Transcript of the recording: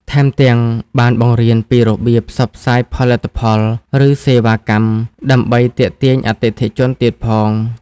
ថែមទាំង បានបង្រៀនពីរបៀបផ្សព្វផ្សាយផលិតផល ឬសេវាកម្ម ដើម្បីទាក់ទាញអតិថិជនទៀតផង។